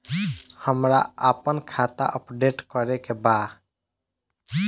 हमरा आपन खाता अपडेट करे के बा